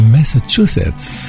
Massachusetts